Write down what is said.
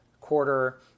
quarter